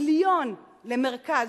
מיליון למרכז.